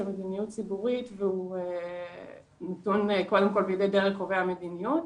מדיניות ציבורית והוא נתון קודם כל בידי דרג קובעי המדיניות.